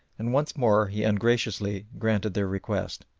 and once more he ungraciously granted their request.